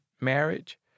marriage